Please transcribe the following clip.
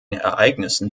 ereignissen